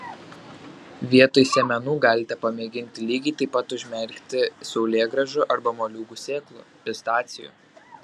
vietoj sėmenų galite pamėginti lygiai taip pat užmerkti saulėgrąžų arba moliūgų sėklų pistacijų